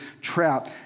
trap